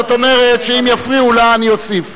זאת אומרת שאם יפריעו לה אני אוסיף.